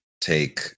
take